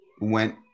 went